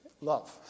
Love